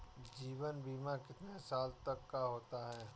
जीवन बीमा कितने साल तक का होता है?